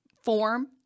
form